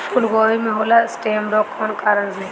फूलगोभी में होला स्टेम रोग कौना कारण से?